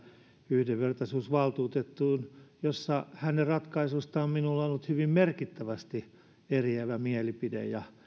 yhdenvertaisuusvaltuutettuun muutamastakin asiasta joissa hänen ratkaisuistaan on minulla ollut hyvin merkittävästi eriävä mielipide ja